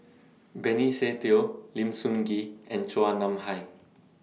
Benny Se Teo Lim Sun Gee and Chua Nam Hai